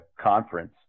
conference